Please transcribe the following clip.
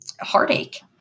heartache